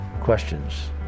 questions